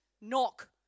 Knock